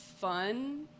fun